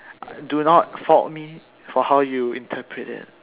do not fault me for how you interpret it